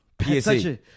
PSA